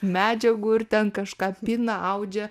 medžiagų ir ten kažką pina audžia